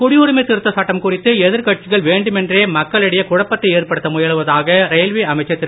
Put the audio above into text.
குடியுரிமை திருத்தச் சட்டம் குறித்து எதிர் கட்சிகள் வேண்டுமென்றே மக்களிடையே குழப்பதை ஏற்படுத்த முயலுவதாக ரயில்வே அமைச்சர் திரு